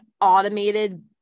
automated